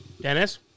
Dennis